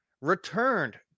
returned